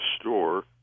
store